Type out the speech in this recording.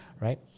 right